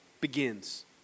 begins